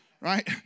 Right